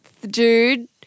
Dude